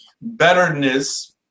betterness